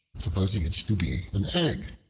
supposing it to be an egg.